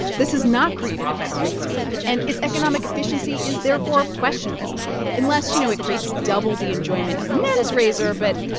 this has not created a better razor. and its economic efficiency is therefore questionable unless, you know, it creates double the enjoyment of a men's razor. but.